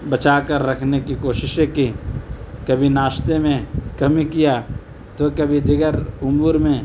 بچا کر رکھنے کی کوششیں کیں کبھی ناشتے میں کمی کیا تو کبھی دیگر امور میں